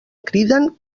criden